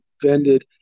defended